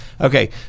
okay